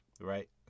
right